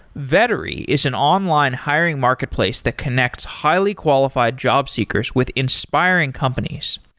vettery is an online hiring marketplace that connects highly qualified jobseekers with inspiring companies.